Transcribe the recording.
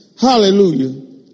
Hallelujah